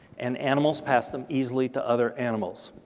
and animals pass them easily to other animals.